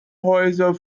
häuser